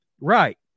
right